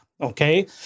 Okay